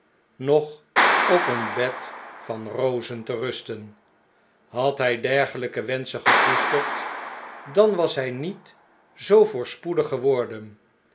noch op een bed van rozen te rusten had hjj dergeljjke wenschen gekoesterd dan was hjj niet zoo voorspoedig geworden